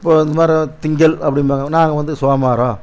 வர திங்கள் அப்படிம்பாங்க நாங்கள் வந்து சோமாரம்